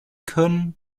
können